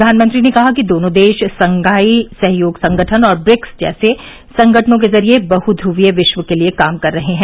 प्रधानमंत्री ने कहा कि दोनों देश शंघाई सहयोग संगठन और ब्रिक्स जैसे संगठनों के जरिए बहु ध्र्ववीय विश्व के लिए काम कर रहे हैं